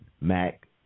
Mac